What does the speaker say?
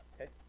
Okay